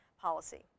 policy